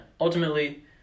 Ultimately